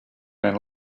man